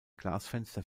glasfenster